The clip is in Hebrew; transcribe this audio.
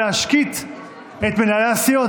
להשקיט את מנהלי הסיעות,